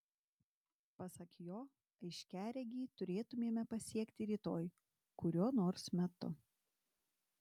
pasak jo aiškiaregį turėtumėme pasiekti rytoj kuriuo nors metu